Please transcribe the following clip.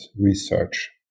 research